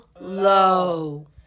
low